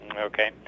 Okay